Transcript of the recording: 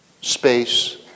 space